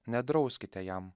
nedrauskite jam